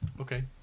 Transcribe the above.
Okay